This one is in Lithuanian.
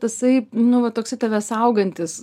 tasai nu va tave saugantis